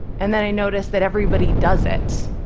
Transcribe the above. and then i noticed that everybody does it.